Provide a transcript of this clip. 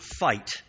fight